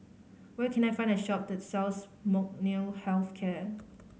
where can I find a shop that sells Molnylcke Health Care